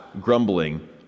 grumbling